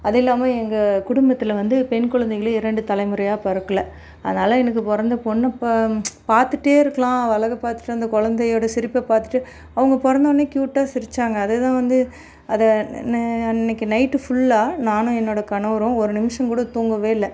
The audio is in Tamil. அது இல்லாமல் எங்கள் குடும்பத்தில் வந்து பெண் குழந்தைங்களே இரண்டு தலைமுறையாக பிறக்கல அதனால் எனக்கு பிறந்த பொண்ணை ப பார்த்துட்டே இருக்கலாம் அவ அழகை பார்த்துட்டு அந்த குழந்தையோட சிரிப்பை பார்த்துட்டு அவங்க பிறந்தவொன்னே கியூட்டாக சிரிச்சாங்க அது தான் வந்து அதை அன்னைக்கு நைட்டு ஃபுல்லாக நானும் என்னோட கணவரும் ஒரு நிமிஷம் கூட தூங்கவே இல்லை